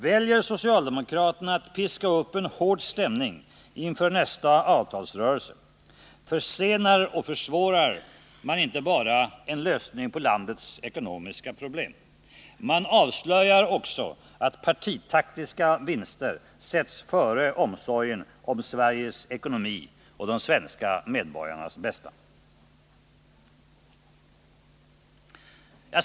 Väljer socialdemokraterna att piska upp en hård stämning inför nästa avtalsrörelse, försenar och försvårar de inte bara lösningen på landets ekonomiska problem. De avslöjar också att partitaktiska vinster sätts före omsorgen om Sveriges ekonomi och medborgarnas bästa.